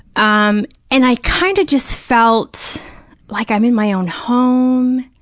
um and i kind of just felt like, i'm in my own home,